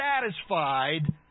satisfied